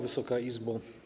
Wysoka Izbo!